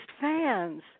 fans